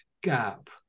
gap